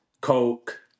Coke